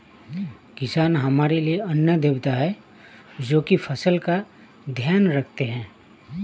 किसान हमारे लिए अन्न देवता है, जो की फसल का ध्यान रखते है